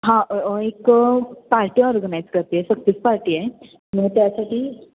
हा एक party organise करते आहे सक्सेस पार्टी आहे मग त्यासाठी